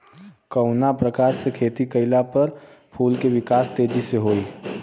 कवना प्रकार से खेती कइला पर फूल के विकास तेजी से होयी?